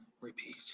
repeat